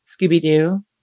Scooby-Doo